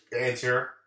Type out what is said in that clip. answer